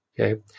Okay